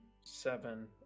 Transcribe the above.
seven